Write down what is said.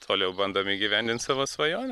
toliau bandom įgyvendint savo svajonę